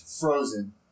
frozen